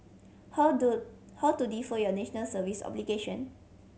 how to how to defer your National Service obligation